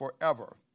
forever